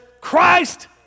Christ